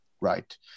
right